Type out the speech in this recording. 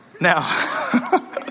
Now